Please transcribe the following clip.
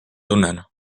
tunnen